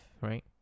Right